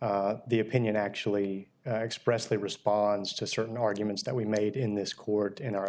the opinion actually expressly responds to certain arguments that we made in this court in our